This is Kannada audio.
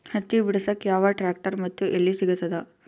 ಹತ್ತಿ ಬಿಡಸಕ್ ಯಾವ ಟ್ರ್ಯಾಕ್ಟರ್ ಮತ್ತು ಎಲ್ಲಿ ಸಿಗತದ?